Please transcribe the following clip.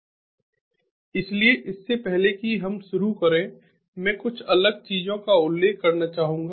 इसलिए इससे पहले कि हम शुरू करें मैं कुछ अलग चीजों का उल्लेख करना चाहूंगा